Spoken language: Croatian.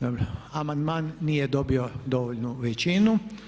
Dobro, amandman nije dobio dovoljnu većinu.